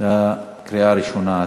קריאה ראשונה.